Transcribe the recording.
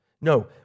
No